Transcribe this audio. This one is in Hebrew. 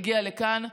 הגיע לכאן.